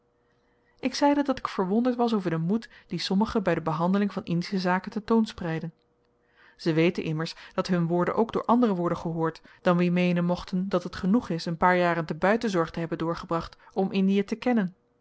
ik zeide dat ik verwonderd was over den moed dien sommigen by de behandeling van indische zaken ten toon spreiden zy weten immers dat hun woorden ook door anderen worden gehoord dan wie meenen mochten dat het genoeg is een paar jaren te buitenzorg te hebben doorgebracht om indie te kennen